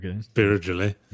spiritually